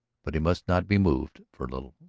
but he must not be moved for a little.